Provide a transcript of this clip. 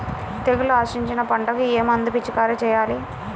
తెగుళ్లు ఆశించిన పంటలకు ఏ మందు పిచికారీ చేయాలి?